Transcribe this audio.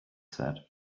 said